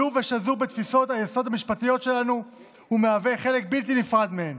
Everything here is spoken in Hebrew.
השלוב ושזור בתפיסות היסוד המשפטיות שלנו ומהווה חלק בלתי נפרד מהן".